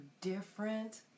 different